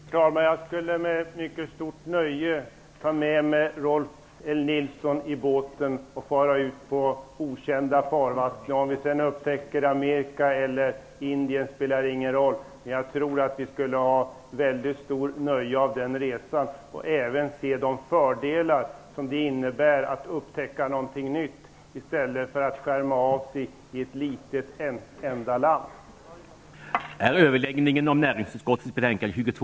Herr talman! Jag skulle med mycket stort nöje ta med mig Rolf L Nilson i båten och fara ut på okända farvatten. Om vi sedan upptäcker Indien eller Amerika spelar ingen roll, men jag tror att vi skulle ha väldigt stort nöje av resan. Vi skulle även kunna se de fördelar som det innebär att upptäcka någonting nytt i stället för att skärma av sig genom att stanna i ett enda litet land.